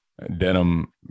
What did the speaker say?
Denim